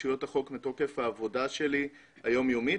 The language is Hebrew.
רשויות החוק מתוקף העבודה היום יומית שלי,